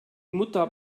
mutter